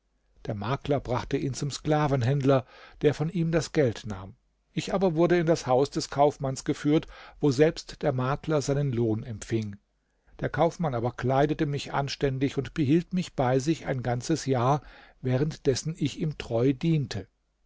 der makler brachte ihn zum sklavenhändler der von ihm das geld nahm ich aber wurde in das haus des kaufmanns geführt woselbst der makler seinen lohn empfing der kaufmann aber kleidete mich anständig und behielt mich bei sich ein ganzes jahr während dessen ich ihm treu diente